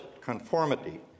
conformity